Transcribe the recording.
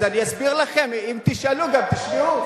אז אני אסביר לכם, אם תשאלו וגם תשמעו.